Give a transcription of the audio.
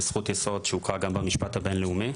וזכות יסוד שהוכר גם במשפט הבין-לאומי.